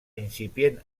incipient